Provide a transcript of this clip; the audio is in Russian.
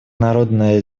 народно